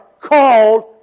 called